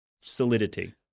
solidity